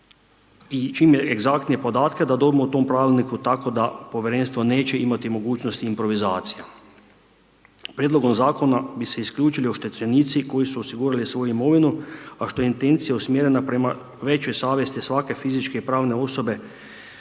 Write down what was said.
i čim egzaktnije podatke da dobimo u tom pravilniku tako da povjerenstvo neće imati mogućnost improvizacija. Prijedlogom zakona bi se isključili oštećenici koji su osigurali svoju imovinu, a što je intencija usmjerena prema većoj savjesti svake fizičke i pravne osobe